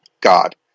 God